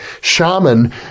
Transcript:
shaman